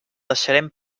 deixarem